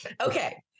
Okay